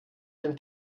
dem